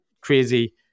crazy